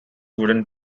wooden